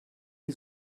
die